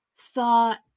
thought